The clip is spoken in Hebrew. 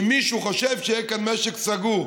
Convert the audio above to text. אם מישהו חושב שיהיה כאן משק סגור,